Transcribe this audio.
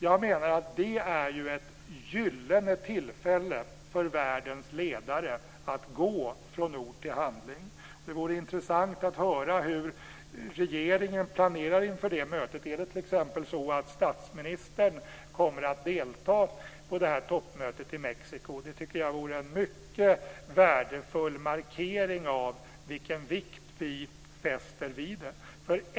Jag menar att det är ett gyllene tillfälle för världens ledare att gå från ord till handling. Det vore intressant att höra hur regeringen planerar inför det mötet. Kommer t.ex. statsministern kommer att delta i det här toppmötet i Mexiko? Jag tycker att det vore en mycket värdefull markering av vilken vikt vi fäster vid det.